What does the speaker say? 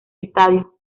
estadio